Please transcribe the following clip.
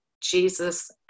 Jesus